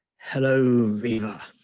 hello, riva.